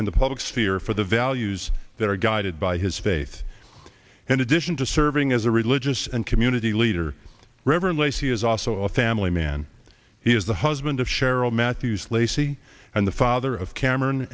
in the public sphere for the values that are guided by his faith in addition to serving as a religious and community leader reverend lacy is also a family man he is the husband of cheryl matthews lacy and the father of cameron